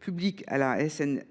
publics à la CNRACL,